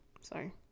Sorry